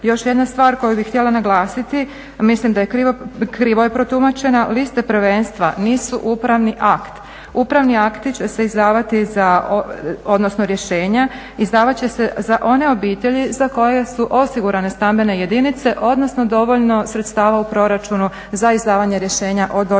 Još jedna stvar koju bih htjela naglasiti, mislim da je krivo protumačena lista prvenstva, nisu upravni akt. Upravni akti će se izdavati odnosno rješenja izdvat će se za one obitelji za koje su osigurane stambene jedinice, odnosno dovoljno sredstava u proračunu za izdavanje rješenja o dodjeli